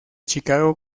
chicago